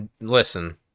listen